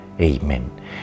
Amen